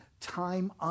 time